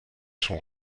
sont